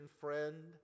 friend